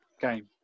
game